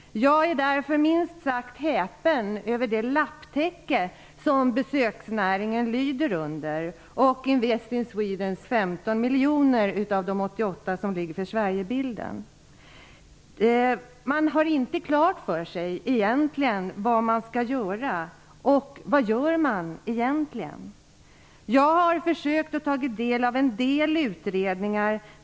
Jag är därför minst sagt häpen över det lapptäcke av myndigheter som besöksnäringen lyder under, där bl.a. Invest in Sweden får 15 miljoner av de 88 miljoner kronor som anvisats till Styrelsen för Sverigebilden. Man har egentligen inte klart för sig vad man skall göra. Vad gör man i själva verket? Jag har studerat en del utredningar om detta.